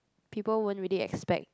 people won't really expect